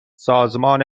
سازمان